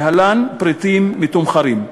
להלן: פריטים מתומחרים.